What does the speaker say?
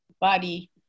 body